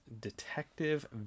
Detective